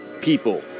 people